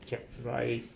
yup alright